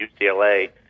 UCLA